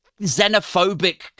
xenophobic